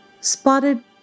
spotted